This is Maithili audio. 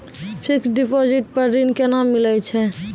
फिक्स्ड डिपोजिट पर ऋण केना मिलै छै?